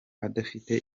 adafite